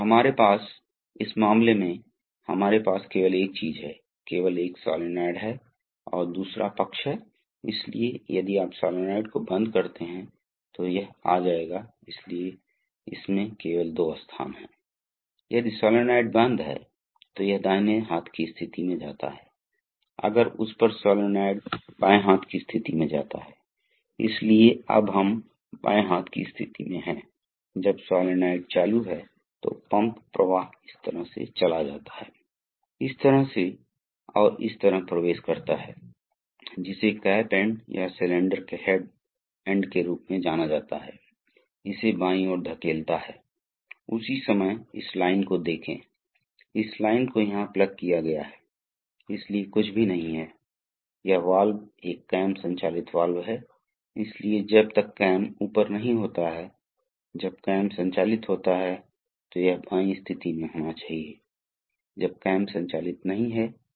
उदाहरण के लिए यदि आपके पास यह एक ओ रिंग है जो एक बहुत ही सामान्य प्रकार की सील है तो आप देखते हैं कि जैसे यह आगे बढ़ रहा है जब यह दबाव के खिलाफ बढ़ रहा है तो वहाँ सील है तो क्या होता है कि यह सील दबाया जा रहा है और यह यहाँ आकर सेटल हो जाएगा ठीक है इसलिए जब यह वास्तव में दबाया जाता है तो जब यह आएगा और यहाँ सेटल हो जाएगा तो यह प्रभावी रूप से व्यवस्थित हो जाएगा यह भाग प्रभावी रूप से बंद हो जाएगा इस भाग से इसलिए यह रिंग यह एक रबड़ की नली है यह दबाव में आएगा इसलिए यह इसमें सेल्फ सीलिंग की तरह हो जाएगा I दबाव में यह एक सील प्रदान करेगा इसलिए इस तरह की सील या विभिन्न प्रकार की सील का उपयोग किया जाता है यह बहुत महत्वपूर्ण है यह नहीं हो सकता है हम इसके साथ नहीं हैं जब तक कि ये चीजें ठीक से नहीं हो जाती हैं आप आपके हाइड्रोलिक सिस्टम का नहीं करेंगे और रख रखाव के लिए बहुत समस्या होगी इसलिए रखरखाव के दृष्टिकोण से ये चीजें बहुत महत्वपूर्ण हैं